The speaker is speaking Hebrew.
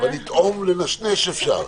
אבל לטעום ולנשנש אפשר.